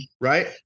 Right